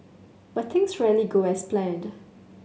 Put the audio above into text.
but things rarely go as planned